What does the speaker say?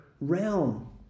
realm